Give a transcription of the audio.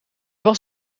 was